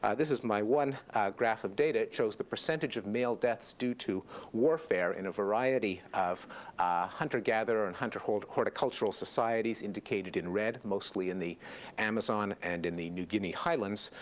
this is my one graph of data. it shows the percentage of male deaths due to warfare in a variety of hunter gatherer and hunter horticultural societies indicated in red, mostly in the amazon and in the new guinea highlands.